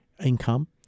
income